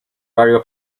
barrio